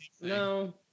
No